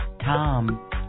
Tom